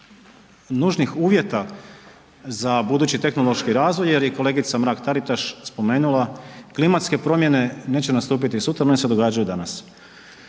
uvjeta za budući tehnološki razvoj jer je i kolegica Mrak-Taritaš spomenula klimatske promjene neće nastupiti sutra one se događaju danas.